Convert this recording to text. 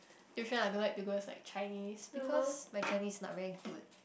tuition I don't like to go is like Chinese because my Chinese is not very good